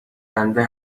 بنده